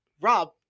Rob